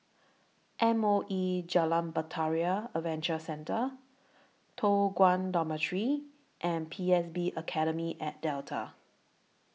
M O E Jalan Bahtera Adventure Centre Toh Guan Dormitory and P S B Academy At Delta